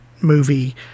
movie